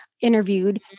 interviewed